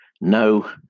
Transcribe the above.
No